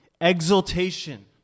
exultation